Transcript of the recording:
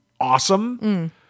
awesome